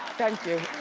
thank you.